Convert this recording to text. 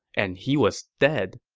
and he was dead.